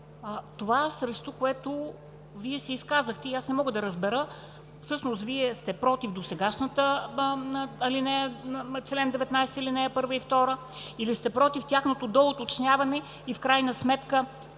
това, срещу което Вие се изказахте, и аз не мога да разбера всъщност Вие сте против досегашните алинеи 1 и 2 на чл. 19 или сте против тяхното доуточняване и в крайна сметка